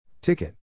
Ticket